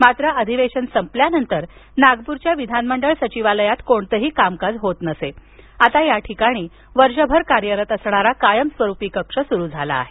मात्र अधिवेशन संपल्यानंतर नागपूरच्या विधानमंडळ सचिवालयात कोणतंही कामकाज होत नसे आता या ठिकाणी वर्षभर कार्यरत असणारा कायस्वरूपी कक्ष सुरू झाला आहे